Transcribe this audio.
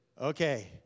Okay